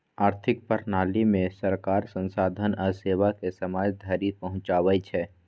आर्थिक प्रणालीमे सरकार संसाधन आ सेवाकेँ समाज धरि पहुंचाबै छै